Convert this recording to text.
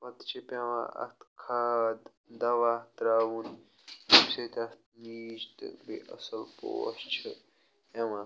پَتہٕ چھِ پیٚوان اَتھ کھاد دوا ترٛاوُن ییٚمہِ سۭتۍ اَتھ نیٖج تہٕ بیٚیہِ اصٕل پوش چھِ یِوان